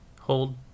hold